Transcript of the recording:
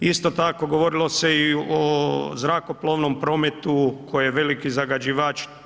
Isto tako, govorilo se i o zrakoplovnom prometu koji je veliki zagađivač.